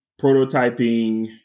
prototyping